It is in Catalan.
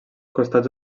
costats